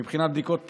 מבחינת בדיקות PCR,